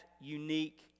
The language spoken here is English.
unique